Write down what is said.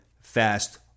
fast